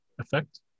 effect